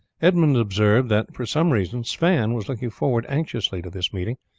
edmund observed that for some reason sweyn was looking forward anxiously to this meeting,